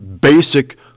basic